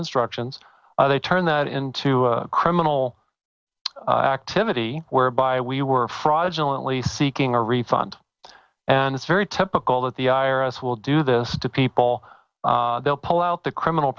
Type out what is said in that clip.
instructions they turned that into a criminal activity whereby we were fraudulent least seeking a refund and it's very typical that the i r s will do this to people they'll pull out the criminal